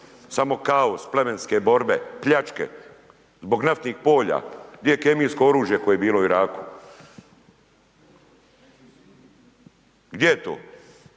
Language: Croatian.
samo kaos, plemenske borbe, pljačke, zbog naftnih polja, gdje je kemijsko oružje koje je bilo u Iraku. Gdje je to?